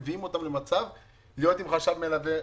מביאים אותם למצב של להיות עם חשב מלווה.